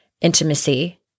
intimacy